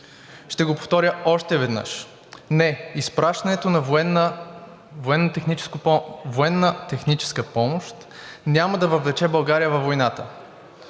Ще го повторя още веднъж. Не, изпращането на военна техническа помощ няма да въвлече България във войната!